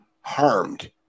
harmed